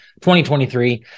2023